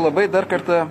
labai dar kartą